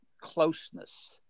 closeness